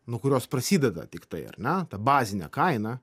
nuo kurios prasideda tiktai ar ne ta bazinė kaina